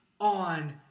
on